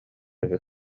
үһү